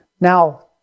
Now